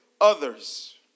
others